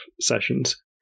sessions